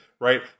right